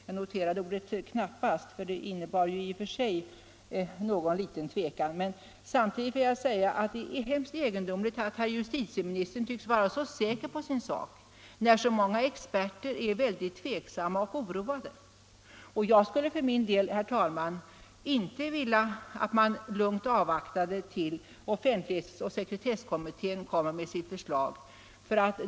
Jag noterade ordet ”knappast”, för det innebar ju i och för sig någon liten tvekan. Samtidigt vill jag säga att det är mycket egendomligt att herr justitieministern tycks vara så säker på sin sak, när så många experter är tveksamma och oroade. Jag skulle för min del, herr talman, inte vilja att man lugnt avvaktade tills offentlighetsoch sekretesskommittén kommer med sitt förslag.